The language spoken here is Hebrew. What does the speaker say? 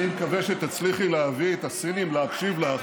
אני מקווה שתצליחי להביא את הסינים להקשיב לך,